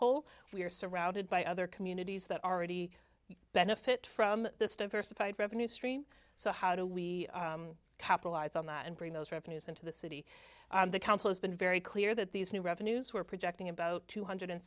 hole we are surrounded by other communities that already benefit from this diversified revenue stream so how do we capitalize on that and bring those revenues into the city council has been very clear that these new revenues were projecting about two hundred